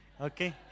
Okay